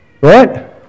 Right